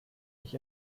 ich